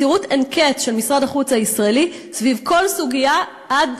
מסירות אין-קץ של משרד החוץ הישראלי סביב כל סוגיה עד,